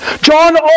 John